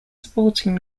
supporting